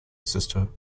sister